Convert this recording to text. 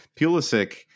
pulisic